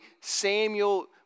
Samuel